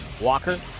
Walker